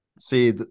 See